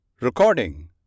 Recording